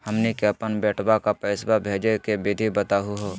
हमनी के अपन बेटवा क पैसवा भेजै के विधि बताहु हो?